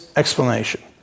explanation